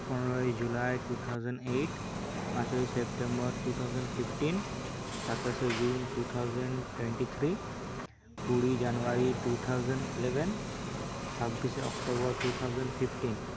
ᱯᱚᱱᱮᱨᱚᱭ July two thousand eight ᱯᱟᱸᱪᱚᱭ September two thousand fifteen ᱥᱟᱛᱟᱥᱮ June two thousand twenty three ᱠᱩᱲᱤ January two thousand eleven ᱪᱷᱟᱵᱤᱥᱮ October two thousand fifteen